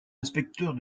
inspecteur